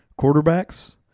Quarterbacks